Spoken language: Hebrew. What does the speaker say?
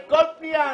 אל תהיה בריון רק על